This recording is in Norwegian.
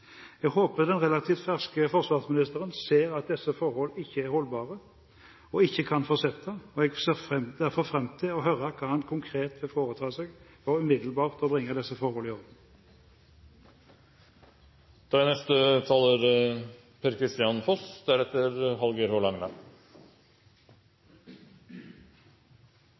Jeg håper den relativt ferske forsvarsministeren ser at disse forholdene ikke er holdbare og ikke kan fortsette, og jeg ser fram til å høre hva han konkret vil foreta seg for umiddelbart å bringe disse forholdene i orden. Det er